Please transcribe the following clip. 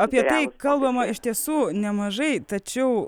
apie tai kalbama iš tiesų nemažai tačiau